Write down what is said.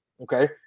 Okay